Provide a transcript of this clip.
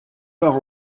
part